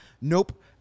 Nope